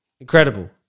Incredible